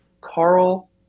Carl